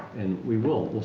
and we will,